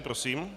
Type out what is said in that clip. Prosím.